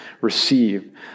receive